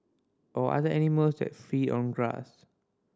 or other animals that feed on grass